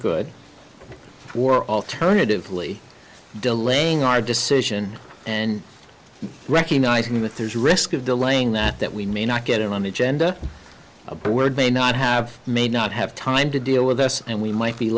good or alternatively delaying our decision and recognizing that there's risk of delaying that that we may not get it on the agenda but would they not have may not have time to deal with us and we might be